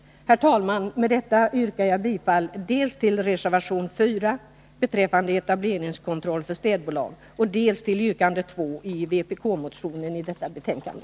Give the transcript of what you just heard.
Herr talman! Med detta yrkar jag bifall dels till reservation 4 beträffande etableringskontroll för städbolag, dels till yrkande 2 i den vpk-motion som behandlas i detta betänkande.